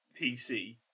PC